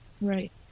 Right